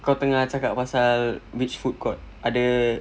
kau tengah cakap pasal which food court ada